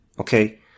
okay